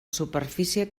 superfície